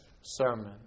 sermon